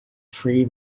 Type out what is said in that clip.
three